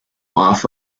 off